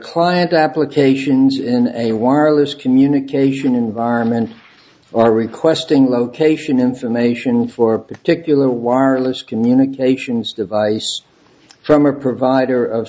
client applications in a wireless communication environment are requesting location information for a particular wireless communications device from a provider of